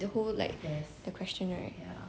the whole week like the question right